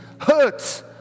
hurts